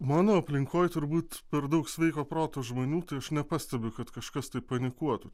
mano aplinkoj turbūt per daug sveiko proto žmonių tai aš nepastebiu kad kažkas taip panikuotų